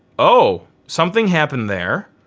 oh, something happened there.